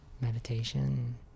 meditation